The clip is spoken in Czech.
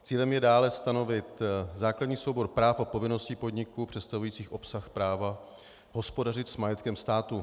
Cílem je dále stanovit základní soubor práv a povinnosti podniků představujících obsah práva hospodařit s majetkem státu.